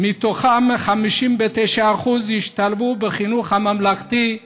מתוכם 59% השתלבו בחינוך הממלכתי,